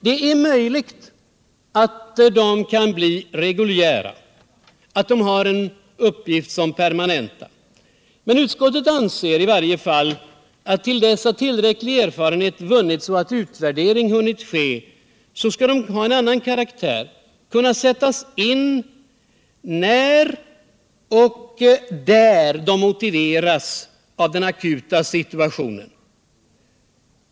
Det är möjligt att kurserna kan bli reguljära, att de har en uppgift som permanenta. Men utskottet anser i varje fall att till dess tillräcklig erfarenhet vunnits och en utvärdering hunnit ske, kurserna skall ha en annan karaktär, kunna sättas in när och där de motiveras av den akuta situationen.